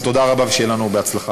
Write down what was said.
אז תודה רבה, ושיהיה לנו בהצלחה.